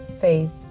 faith